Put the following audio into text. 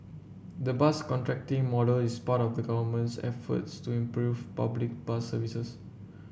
the bus contracting model is part of the Government's efforts to improve public bus services